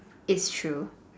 its true